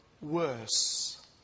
worse